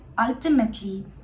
ultimately